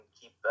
keep